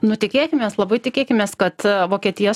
nu tikėkimės labai tikėkimės kad vokietija